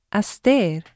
aster